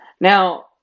Now